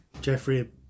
Jeffrey